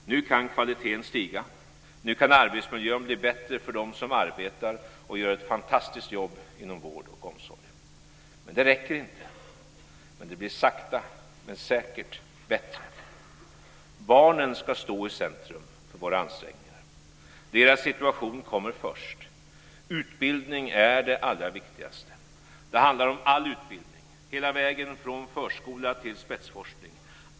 Nu kan kvaliteten stiga. Nu kan arbetsmiljön bli bättre för dem som arbetar och gör ett fantastiskt jobb inom vård och omsorg. Det räcker inte, men det blir sakta men säkert bättre. Barnen ska stå i centrum för våra ansträngningar. Deras situation kommer först. Utbildning är det allra viktigaste. Det handlar om all utbildning, hela vägen från förskola till spetsforskning.